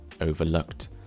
overlooked